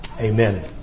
Amen